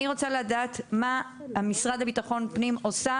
אני רוצה לדעת מה המשרד לביטחון פנים עושה